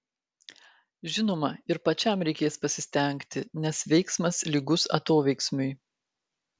žinoma ir pačiam reikės pasistengti nes veiksmas lygus atoveiksmiui